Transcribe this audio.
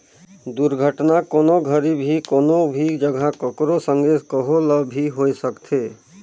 दुरघटना, कोनो घरी भी, कोनो भी जघा, ककरो संघे, कहो ल भी होए सकथे